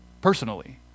personally